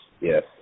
Yes